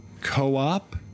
co-op